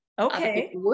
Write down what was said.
Okay